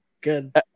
Good